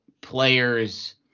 players